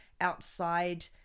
outside